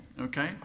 Okay